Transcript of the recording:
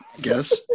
guess